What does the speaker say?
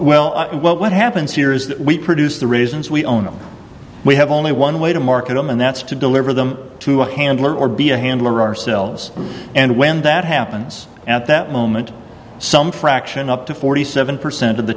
that well what happens here is that we produce the reasons we own them we have only one way to market them and that's to deliver them to a handler or be a handler ourselves and when that happens at that moment some fraction up to forty seven percent of the